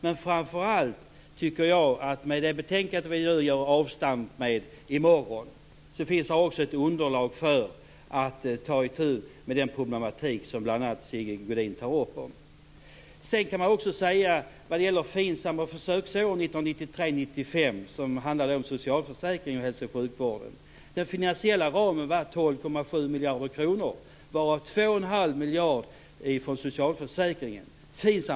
Men jag tycker ändå att det betänkande vi gör avstamp med i morgon är ett underlag för att ta itu med den problematik som bl.a. Sigge När det gäller FINSAM, som handlade om socialförsäkringen och hälso och sjukvården, och försöksåren 1993-1995 var den finansiella ramen 12,7 miljarder kronor, varav 2 1⁄2 miljard kom från socialförsäkringen.